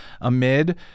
amid